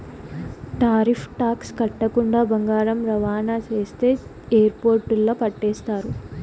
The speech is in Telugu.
టారిఫ్ టాక్స్ కట్టకుండా బంగారం రవాణా చేస్తే ఎయిర్పోర్టుల్ల పట్టేస్తారు